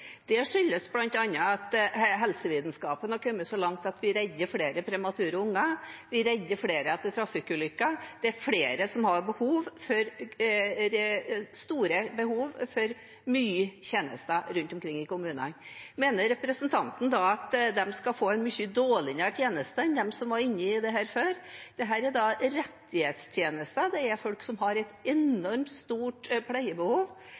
skyldes bl.a. at helsevitenskapen har kommet så langt at vi redder flere premature unger, at vi redder flere etter trafikkulykker, og at det er flere som har store behov for mange tjenester rundt omkring i kommunene. Mener representanten at de skal få en mye dårligere tjeneste enn dem som var inne i dette før? Dette er rettighetstjenester, det er folk som har et enormt stort pleiebehov,